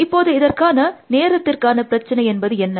இப்போது இதற்கான நேரத்திற்கான பிரச்சினை என்பது என்ன